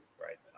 right